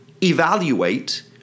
Evaluate